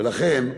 לכן,